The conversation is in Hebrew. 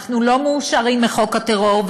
אנחנו לא מאושרים מחוק הטרור,